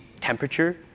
temperature